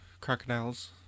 crocodiles